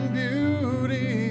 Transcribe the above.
beauty